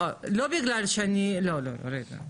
לא, לא, רגע.